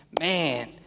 Man